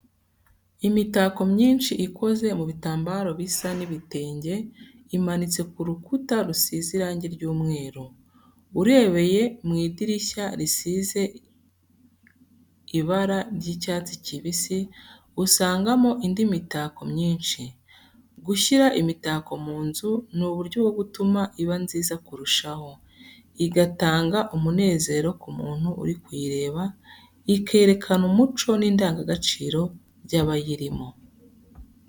Imitako myinshi ikoze mu bitambaro bisa n'ibitenge, imanitse ku rukuta rusize irangi ry'umweru. Urebeye mu idirishya risize ibara ry'icyatsi kibisi, usangamo indi mitako myinshi. Gushyira imitako mu nzu ni uburyo bwo gutuma iba nziza kurushaho, igatanga umunezero ku muntu uri kuyireba, ikerekana umuco n’indangagaciro by’abayirimo